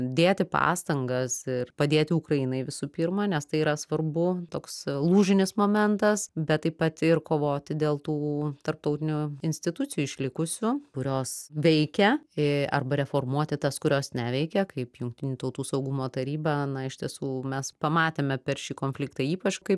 dėti pastangas ir padėti ukrainai visų pirma nes tai yra svarbu toks lūžinis momentas bet taip pat ir kovoti dėl tų tarptautinių institucijų išlikusių kurios veikia arba reformuoti tas kurios neveikia kaip jungtinių tautų saugumo taryba na iš tiesų mes pamatėme per šį konfliktą ypač kaip